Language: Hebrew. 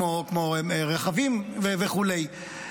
כמו רכבים וכולי.